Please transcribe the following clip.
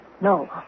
No